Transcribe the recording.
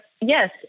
yes